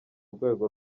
rwego